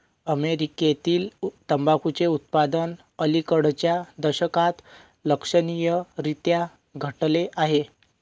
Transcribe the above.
अमेरीकेतील तंबाखूचे उत्पादन अलिकडच्या दशकात लक्षणीयरीत्या घटले आहे